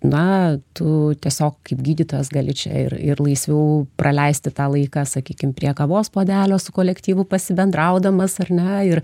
na tu tiesiog kaip gydytojas gali čia ir ir laisviau praleisti tą laiką sakykim prie kavos puodelio su kolektyvu pasibendraudamas ar ne ir